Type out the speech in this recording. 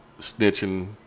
snitching